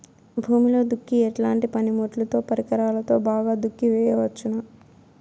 భూమిలో దుక్కి ఎట్లాంటి పనిముట్లుతో, పరికరాలతో బాగా దుక్కి చేయవచ్చున?